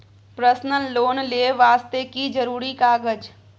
Personal loan ले वास्ते की जरुरी कागज?